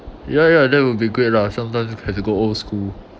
ya ya that would be great lah sometimes have to go old school